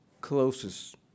closest